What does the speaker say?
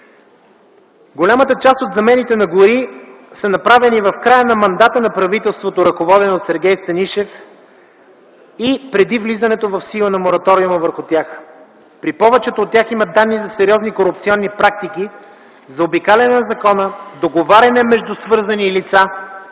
Голямата част от замените на гори са направени в края на мандата на правителството, ръководено от Сергей Станишев, и преди влизането в сила на Мораториума върху тях. При повечето от тях има данни за сериозни корупционни практики, заобикаляне на закона, договаряне между свързани лица